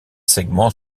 segments